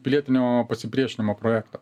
pilietinio pasipriešinimo projektą